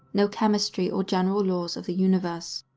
no chemistry or general laws of the universe.